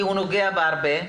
כי הוא נוגע בהרבה.